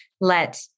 let